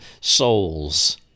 souls